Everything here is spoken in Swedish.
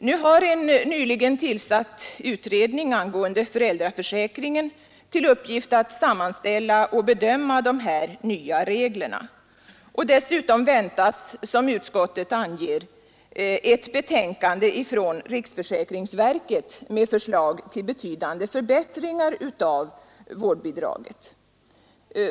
Nu har en nyligen tillsatt utredning angående föräldraförsäkringen till uppgift att sammanställa och bedöma de här nya reglerna. Dessutom väntas, som utskottet anger, ett betänkande från riksförsäkringsverket med förslag till betydande förbättringar av vårdbidraget.